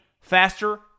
faster